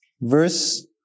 verse